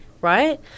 right